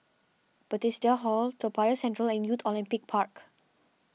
Bethesda Hall Toa Payoh Central and Youth Olympic Park